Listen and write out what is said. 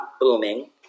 booming